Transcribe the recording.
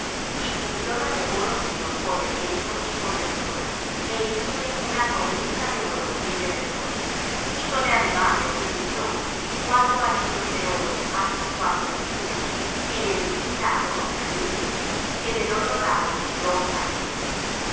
y cubrióla de oro puro por de dentro y por de fuera é hízole una cornisa de oro en derredor hízole además de fundición cuatro anillos de oro á sus cuatro esquinas en el un lado dos anillos y en el otro lado dos anillos